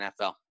NFL